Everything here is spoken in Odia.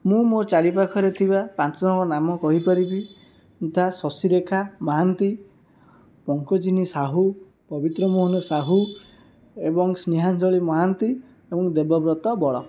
ମୁଁ ମୋ' ଚାରି ପାଖରେ ଥିବା ପାଞ୍ଚଜଣଙ୍କର ନାମ କହିପାରିବି ଯଥା ଶଶିରେଖା ମହାନ୍ତି ପଙ୍କଜିନୀ ସାହୁ ପବିତ୍ର ମୋହନ ସାହୁ ଏବଂ ସ୍ନେହାଞ୍ଜଳୀ ମହାନ୍ତି ଏବଂ ଦେବବ୍ରତ ବଳ